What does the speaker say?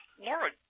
Laura